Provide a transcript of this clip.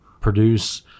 produce